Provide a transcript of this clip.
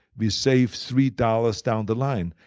we save three dollars down the line.